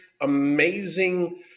amazing